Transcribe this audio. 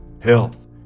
health